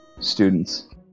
students